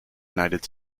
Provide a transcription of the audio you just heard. united